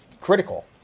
critical